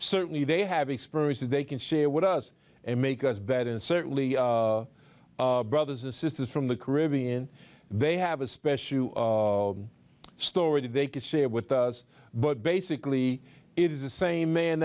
certainly they have experiences they can share with us and make us better and certainly brothers and sisters from the caribbean they have a special story they could share with us but basically it is the same man